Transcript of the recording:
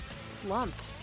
slumped